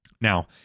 Now